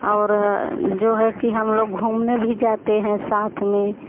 और जो है कि हम लोग घूमने भी जाते हैं साथ में